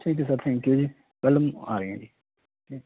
ਠੀਕ ਹੈ sir thank you ਜੀ ਕੱਲ੍ਹ ਆਏ ਆ ਜੀ